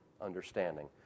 understanding